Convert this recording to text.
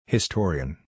Historian